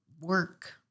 work